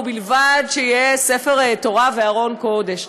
ובלבד שיהיה ספר תורה וארון קודש.